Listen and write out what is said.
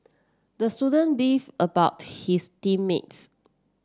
the student beefed about his team mates